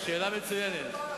שאלה מצוינת,